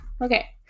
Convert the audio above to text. Okay